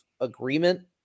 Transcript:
agreement